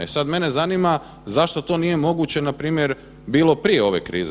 E sad, mene zanima zašto to nije moguće npr. bilo prije ove krize?